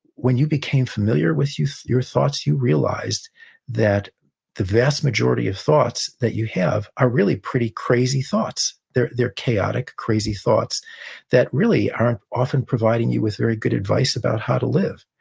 when you became familiar with your thoughts, you realized that the vast majority of thoughts that you have are really pretty crazy thoughts. they're they're chaotic, crazy thoughts that really aren't often providing you with very good advice about how to live.